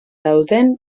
dauden